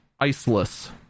Iceless